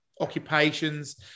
occupations